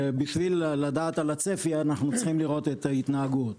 בשביל לדעת על הצפי אנחנו צריכים לראות את ההתנהגות.